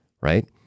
right